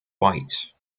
white